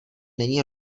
není